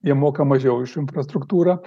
jie moka mažiau už infrastruktūrą